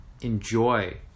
enjoy